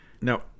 Now